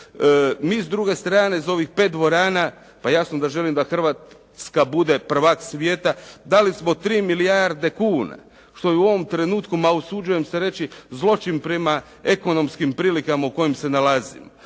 Mi s druge strane za ovih pet dvorana, pa jasno da želim da Hrvatska bude prvak svijeta, dali smo 3 milijarde kuna što je u ovom trenutku usuđujem se reći zločin prema ekonomskim prilikama u kojima se nalazimo.